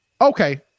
okay